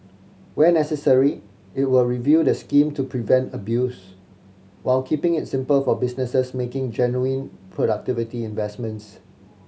where necessary it will review the scheme to prevent abuse while keeping it simple for businesses making genuine productivity investments